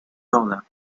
toda